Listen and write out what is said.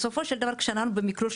בסופו של דבר כשאנחנו במיקרו,